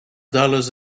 dollars